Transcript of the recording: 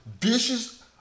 vicious